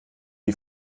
die